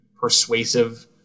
persuasive